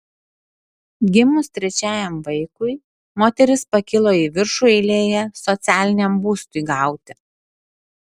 gimus trečiajam vaikui moteris pakilo į viršų eilėje socialiniam būstui gauti